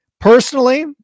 Personally